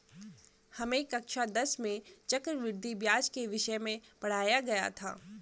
हमें कक्षा दस में चक्रवृद्धि ब्याज के विषय में पढ़ाया गया था